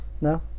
No